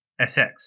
SX